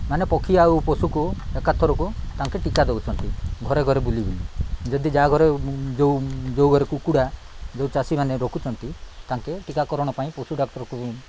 ମାନେ ପକ୍ଷୀ ଆଉ ପଶୁକୁ ଏକା ଥରକୁ ତାଙ୍କ ଟୀକା ଦେଉଛନ୍ତି ଘରେ ଘରେ ବୁଲିବୁଲି ଯଦି ଯାହା ଘରେ ଯେଉଁ ଯେଉଁ ଘରେ କୁକୁଡ଼ା ଯେଉଁ ଚାଷୀମାନେ ରଖୁଛନ୍ତି ତାଙ୍କେ ଟୀକାକରଣ ପାଇଁ ପଶୁ ଡାକ୍ତରକୁ